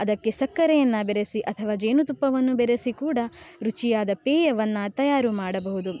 ಅದಕ್ಕೆ ಸಕ್ಕರೆಯನ್ನು ಬೆರೆಸಿ ಅಥವಾ ಜೇನುತುಪ್ಪವನ್ನು ಬೆರೆಸಿ ಕೂಡ ರುಚಿಯಾದ ಪೇಯವನ್ನು ತಯಾರು ಮಾಡಬಹುದು